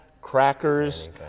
crackers